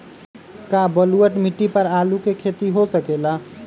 का बलूअट मिट्टी पर आलू के खेती हो सकेला?